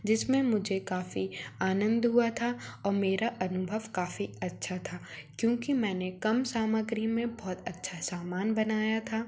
जिसमें मुझे काफ़ी आनंद हुआ था और मेरा अनुभव काफ़ी अच्छा था क्योंकि मैंने कम सामग्री में बहुत अच्छा सामान बनाया था